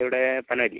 ഇവിടെ പനോലി